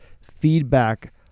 feedback